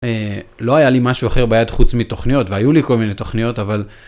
לא היה לי משהו אחר ביד חוץ מתוכניות והיו לי כל מיני תוכניות אבל.